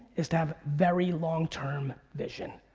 is to have very longterm vision.